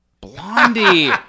Blondie